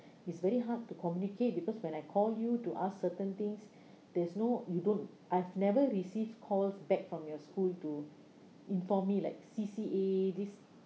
it's very hard to communicate because when I call you to ask certain things there's no you don't I've never received calls back from your school to inform me like C_C_A this